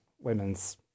women's